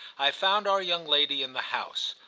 i found our young lady in the house.